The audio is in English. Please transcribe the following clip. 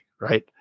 right